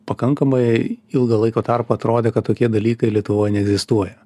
pakankamai ilgą laiko tarpą atrodė kad tokie dalykai lietuvoj neegzistuoja